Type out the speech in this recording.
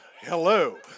Hello